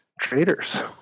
traders